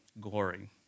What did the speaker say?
glory